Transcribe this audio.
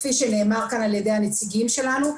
כפי שנאמר כאן על ידי הנציגים שלנו.